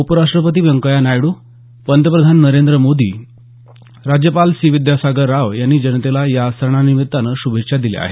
उपराष्टपती व्यंकय्या नायडू पंतप्रधान नरेंद्र मोदी राज्यपाल सी विद्यासागर राव यांनी जनतेला या सणानिमित्त शुभेच्छा दिल्या आहेत